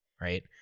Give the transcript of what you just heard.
right